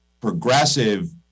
progressive